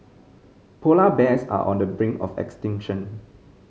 polar bears are on the brink of extinction